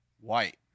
white